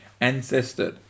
ancestor